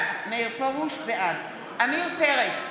בעד עמיר פרץ,